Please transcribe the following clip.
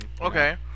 Okay